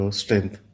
strength